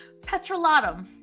Petrolatum